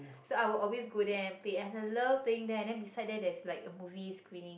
so I will always go there and Play I love playing there and then beside there there's like movie screening